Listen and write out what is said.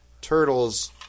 turtles